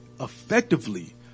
effectively